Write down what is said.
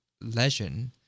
legend